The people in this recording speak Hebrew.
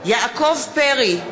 יעקב פרי,